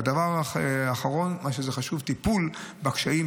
והדבר האחרון, חשוב, טיפול בקשיים.